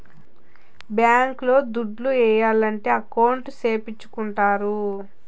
bank లో దుడ్లు ఏయాలంటే అకౌంట్ సేపిచ్చుకుంటారు